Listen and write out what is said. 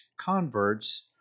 converts